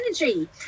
energy